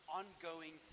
ongoing